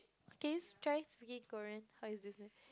can you try speaking Korean how is this is